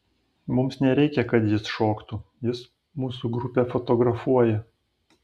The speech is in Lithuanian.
mums nereikia kad jis šoktų jis mūsų grupę fotografuoja